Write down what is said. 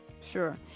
Sure